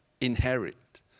inherit